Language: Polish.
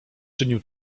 czynił